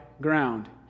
ground